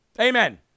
Amen